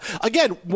Again